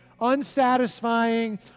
unsatisfying